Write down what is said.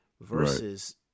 Versus